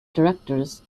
directors